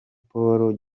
paul